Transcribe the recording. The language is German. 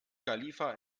khalifa